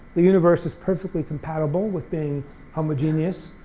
the universe is perfectly compatible with being homogeneous,